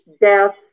death